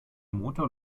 motor